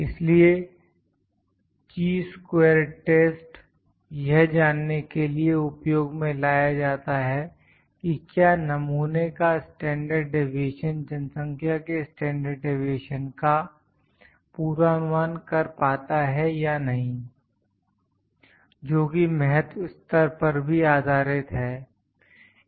इसलिए chi square test यह जानने के लिए उपयोग में लाया जाता है कि क्या नमूने का स्टैंडर्ड डिवीएशन जनसंख्या के स्टैंडर्ड डिवीएशन का पूर्वानुमान कर पाता है या नहीं जोकि महत्व स्तर पर भी आधारित है